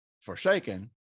Forsaken